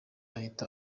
ahita